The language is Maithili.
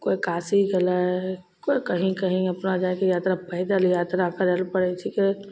कोइ काशी गेलय कोइ कहीं कहीं अपना जाके यात्रा पैदल यात्रा करय लए पड़य छीकै